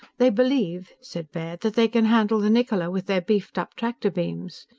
they believe, said baird, that they can handle the niccola with their beefed-up tractor beams.